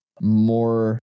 more